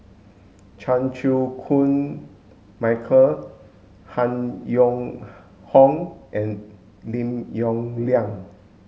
Chan Chew Koon Michael Han Yong Hong and Lim Yong Liang